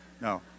no